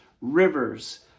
rivers